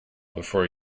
before